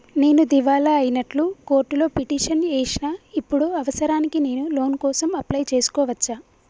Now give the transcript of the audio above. నేను దివాలా అయినట్లు కోర్టులో పిటిషన్ ఏశిన ఇప్పుడు అవసరానికి నేను లోన్ కోసం అప్లయ్ చేస్కోవచ్చా?